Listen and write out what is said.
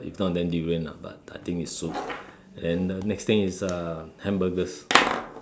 if not then durian lah but I think it's soup and the next thing is uh hamburgers